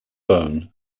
bone